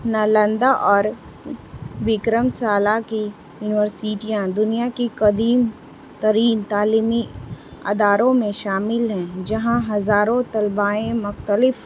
نالندہ اور بکرم سالہ کی یونیورسٹیاں دنیا کی قدیم ترین تعلیمی اداروں میں شامل ہیں جہاں ہزاروں طلباائیں مختلف